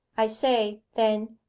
i say, then,